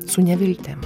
su neviltim